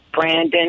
Brandon